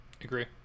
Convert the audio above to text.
agree